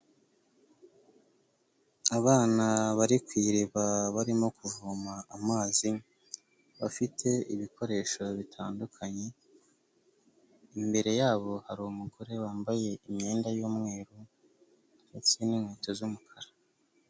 Abana bari ku iriba barimo kuvoma amazi, bafite ibikoresho bitandukanye, imbere yabo hari umugore wambaye imyenda y'umweru, ndetse n'inkweto z'umukara.